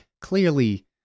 clearly